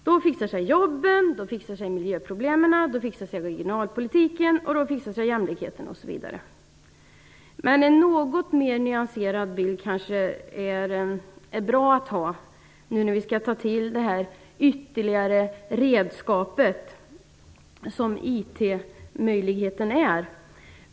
IT fixar jobben, miljöproblemen, regionalpolitiken, jämlikheten osv. Men en något mer nyanserad bild är kanske bra att ha nu när vi skall använda det ytterligare redskap som IT möjligheten innebär.